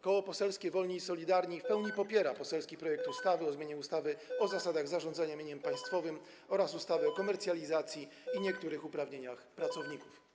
Koło Poselskie Wolni i Solidarni w pełni popiera poselski projekt ustawy o zmianie ustawy o zasadach zarządzania mieniem państwowym oraz ustawy o komercjalizacji i niektórych uprawnieniach pracowników.